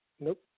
Nope